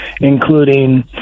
including